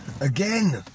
again